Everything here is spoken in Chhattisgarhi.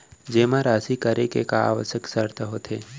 जेमा राशि करे के का आवश्यक शर्त होथे?